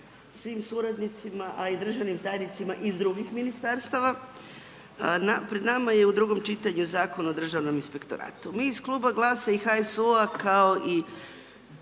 svim suradnicima a i državnim tajnicima iz drugih ministarstava. Pred nama je u drugom čitanju Zakon o Državnom inspektoratu. Mi iz kluba GLAS-a i HSU-a kao i